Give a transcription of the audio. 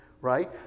right